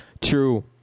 True